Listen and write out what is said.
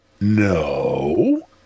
No